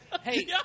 Hey